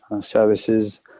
services